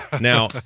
Now